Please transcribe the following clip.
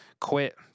quit